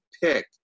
pick